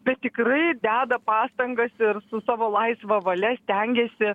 bet tikrai deda pastangas ir su savo laisva valia stengiasi